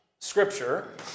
scripture